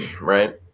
Right